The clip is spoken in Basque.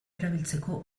erabiltzeko